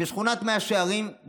בשכונת מאה שערים,